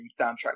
soundtrack